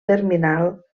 terminal